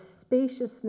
spaciousness